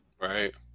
Right